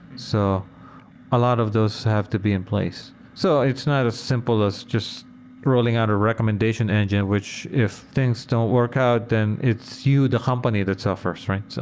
so a lot of those have to be in place. so it's not as simple as just rolling out a recommendation engine, which if things don't work out, then it's you the company that suffers, right? so